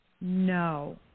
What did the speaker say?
no